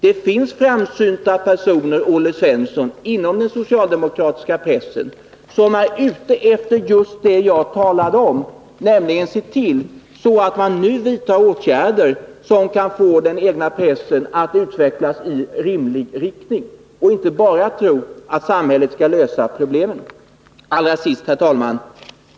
Det finns framsynta personer, Olle Svensson, inom den socialdemokratiska pressen som är ute efter just det jag talar om, nämligen att se till att åtgärder vidtas som kan få den egna pressen att utvecklas i rimlig riktning och inte bara tro att samhället skall lösa problemet. Allra sist, herr talman!